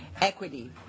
Equity